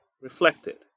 reflected